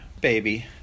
baby